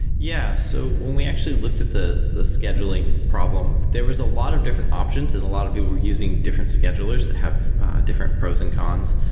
yeah. so when we actually looked at the the scheduling problem, there was a lot of different options and a lot of people were using different schedulers that have different pros and cons.